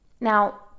Now